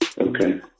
Okay